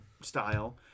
style